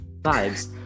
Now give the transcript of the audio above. Vibes